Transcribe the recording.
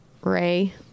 Ray